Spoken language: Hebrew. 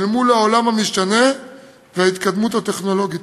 מול העולם המשתנה וההתקדמות הטכנולוגית.